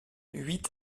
huit